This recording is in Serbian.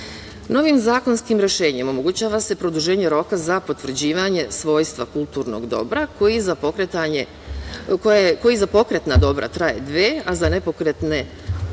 zakonskim rešenjem omogućava se produženje roka za potvrđivanje svojstva kulturnog dobra koji za pokretna dobra traje dve, a za nepokretna tri